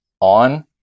on